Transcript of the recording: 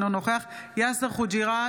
אינו נוכח יאסר חוג'יראת,